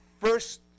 first